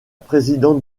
présidente